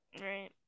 right